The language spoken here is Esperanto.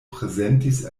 prezentis